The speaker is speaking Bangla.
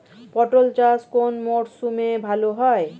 পটল চাষ কোন মরশুমে ভাল হয়?